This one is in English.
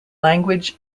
language